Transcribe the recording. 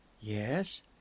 Yes